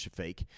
Shafiq